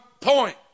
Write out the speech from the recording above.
point